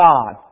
God